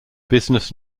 business